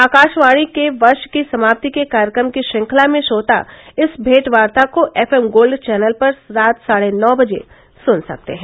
आकाशवाणी के वर्ष की समाप्ति के कार्यक्रम की श्रृंखला में श्रोता इस भेंटवार्ता को एफ एम गोल्ड चैनल पर रात साढ़े नौ बजे सुन सकते हैं